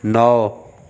नौ